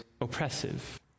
oppressive